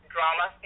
Drama